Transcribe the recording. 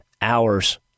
hours